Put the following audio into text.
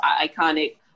iconic